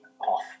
off